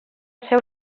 seva